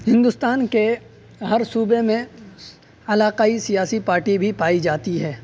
ہندوستان کے ہر صوبے میں علاقائی سیاسی پارٹی بھی پائی جاتی ہے